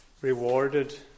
rewarded